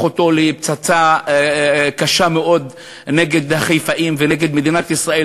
אותו לפצצה קשה מאוד נגד החיפאים ונגד מדינת ישראל,